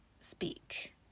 speak